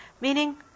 meaning